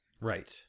Right